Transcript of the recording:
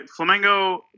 Flamengo